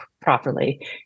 properly